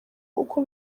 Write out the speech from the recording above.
uko